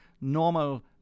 normal